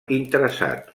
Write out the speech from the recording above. interessat